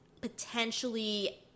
potentially